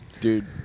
dude